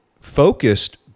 focused